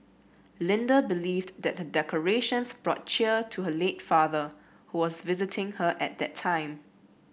Linda believed that her decorations brought cheer to her late father who was visiting her at the time